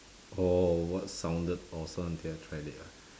oh what sounded awesome until I tried it ah